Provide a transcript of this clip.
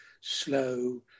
slow